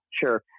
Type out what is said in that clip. sure